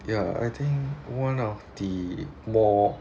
ya I think one of the more